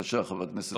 בבקשה, חבר הכנסת סובה.